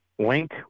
Link